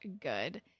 good